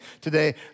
Today